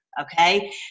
Okay